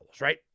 right